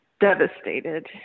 devastated